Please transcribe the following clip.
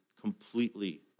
completely